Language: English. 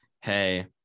hey